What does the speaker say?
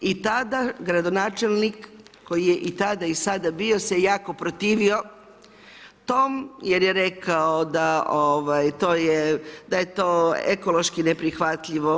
I tada gradonačelnik, koji je i tada i sada bio se jako protivio tome jer je rekao da je to ekološki neprihvatljivo.